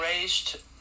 raised